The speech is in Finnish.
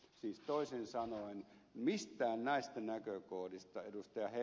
siis toisin sanoen mistään näistä näkökohdista ed